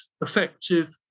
effective